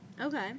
Okay